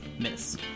miss